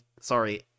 sorry